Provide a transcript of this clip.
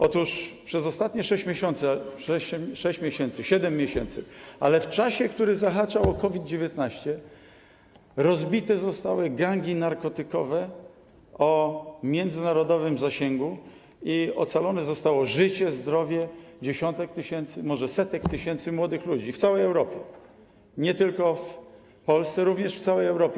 Otóż przez ostatnie 6 miesięcy, 7 miesięcy, ale w czasie, który zahaczał o COVID-19, rozbite zostały gangi narkotykowe o międzynarodowym zasięgu i ocalone zostało życie i zdrowie dziesiątek tysięcy, może setek tysięcy młodych ludzi w całej Europie - nie tylko w Polsce, również w całej Europie.